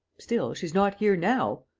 still, she's not here now.